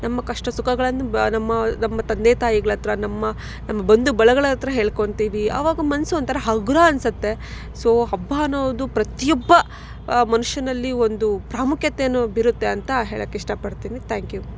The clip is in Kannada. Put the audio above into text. ನಮ್ಮ ಕಷ್ಟ ಸುಖಗಳನ್ನು ನಮ್ಮ ನಮ್ಮ ತಂದೆ ತಾಯಿಗ್ಳತ್ರ ನಮ್ಮ ನಮ್ಮ ಬಂಧುಬಳಗಗಳ ಹತ್ತಿರ ಹೇಳ್ಕೊತಿವಿ ಆವಾಗ ಮನಸ್ಸು ಒಂಥರ ಹಗುರ ಅನಿಸತ್ತೆ ಸೊ ಹಬ್ಬ ಅನ್ನೋದು ಪ್ರತಿಯೊಬ್ಬ ಮನುಷ್ಯನಲ್ಲಿ ಒಂದು ಪ್ರಾಮುಖ್ಯತೆಯನ್ನು ಬೀರುತ್ತೆ ಅಂತ ಹೇಳಕ್ಕೆ ಇಷ್ಟಪಡ್ತಿನಿ ಥ್ಯಾಂಕ್ ಯು